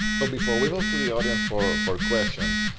so before we go to the audience for for questions,